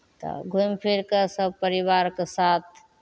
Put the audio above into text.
तऽ घुमि फिरि कऽ सभ परिवारके साथ